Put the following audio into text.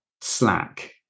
Slack